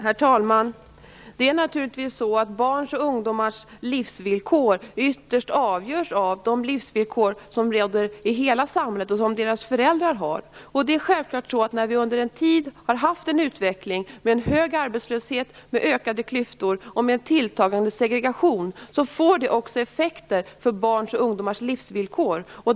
Herr talman! Naturligtvis avgörs barns och ungdomars livsvillkor ytterst av de livsvillkor som råder i hela samhället och som deras föräldrar har. När vi under en tid har haft en utveckling med en hög arbetslöshet, ökade klyftor och tilltagande segregation får det naturligtvis också effekter för barns och ungdomars livsvillkor.